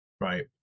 Right